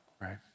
right